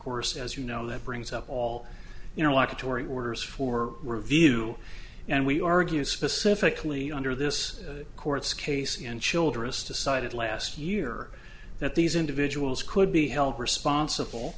course as you know that brings up all you know a lot of tory orders for review and we argue specifically under this court's case and childress decided last year that these individuals could be held responsible